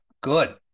Good